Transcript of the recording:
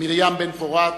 מרים בן-פורת,